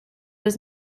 was